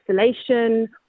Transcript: isolation